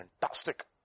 Fantastic